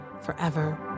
forever